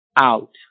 out